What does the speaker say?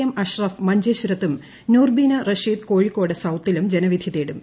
M Ashraf മഞ്ചേശ്വരത്തും നൂർബിന റഷീദ് കോഴിക്കോട് സൌത്തിലും ജനവിധി തേടും